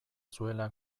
zuela